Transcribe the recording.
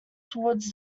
towards